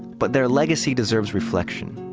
but their legacy deserves reflection.